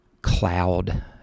cloud